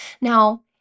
Now